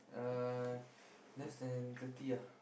uh less then thirty ah